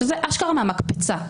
שזה אשכרה מהמקפצה.